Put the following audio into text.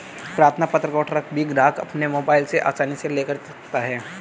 प्रार्थना पत्र को ट्रैक भी ग्राहक अपने मोबाइल से आसानी से कर सकता है